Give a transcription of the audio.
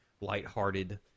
lighthearted